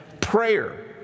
prayer